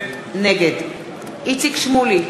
נגד איציק שמולי,